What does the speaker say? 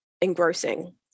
engrossing